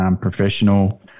professional